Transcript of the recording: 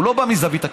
הוא לא בא מזווית הכסף.